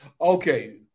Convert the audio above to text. Okay